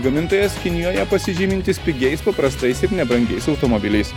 gamintojas kinijoje pasižymintis pigiais paprastais ir nebrangiais automobiliais